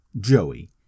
Joey